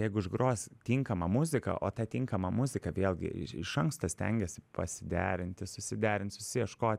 jeigu užgrosi tinkamą muziką o tą tinkamą muziką vėlgi i iš anksto stengiesi pasiderinti susiderint susiieškot